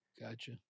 Gotcha